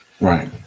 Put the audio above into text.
right